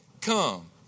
come